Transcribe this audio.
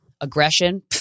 aggression